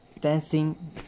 dancing